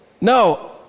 No